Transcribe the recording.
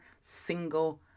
single